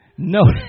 No